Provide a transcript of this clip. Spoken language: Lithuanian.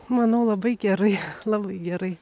manau labai gerai labai gerai